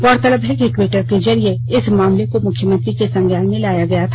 गौरतलब है कि टवीटर के जरिये इस मामले को मुख्यमंत्री के संज्ञान में लाया गया था